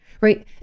right